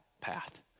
path